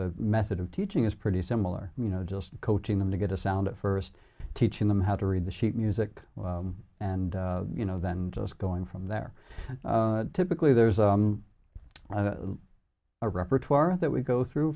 the method of teaching is pretty similar you know just coaching them to get a sound at first teaching them how to read the sheet music and you know then just going from there typically there's a repertoire that we go through